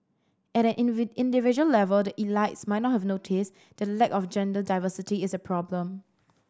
at an individual level the elites may not have notice that lack of gender diversity is a problem